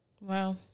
Wow